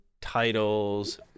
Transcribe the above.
titles